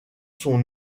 son